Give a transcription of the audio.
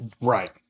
Right